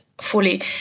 fully